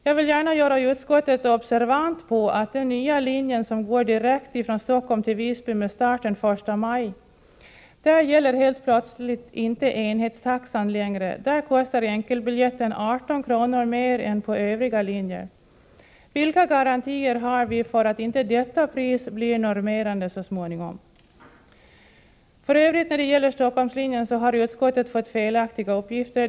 Jag vill gärna göra utskottet observant på att i fråga om den nya linjen som går direkt ifrån Stockholm till Visby med start den 1 maj gäller helt plötsligt inte enhetstaxan längre; där kostar enkelbiljetten 18 kr. mer än på övriga linjer. Vilka garantier har vi för att inte detta pris blir normerande så småningom? För övrigt när det gäller Stockholmslinjen så har utskottet fått felaktiga uppgifter.